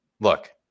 Look